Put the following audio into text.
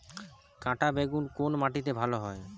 কাঁটা বেগুন কোন মাটিতে ভালো হয়?